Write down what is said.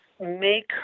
make